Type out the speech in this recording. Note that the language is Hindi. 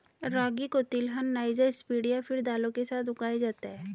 रागी को तिलहन, नाइजर सीड या फिर दालों के साथ उगाया जाता है